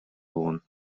болгон